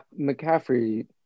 McCaffrey